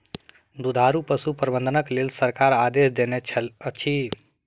दुधारू पशु प्रबंधनक लेल सरकार आदेश देनै अछि